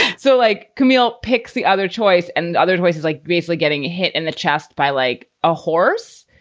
so, like, camille picks the other choice and other choices, like basically getting a hit in the chest by like a horse.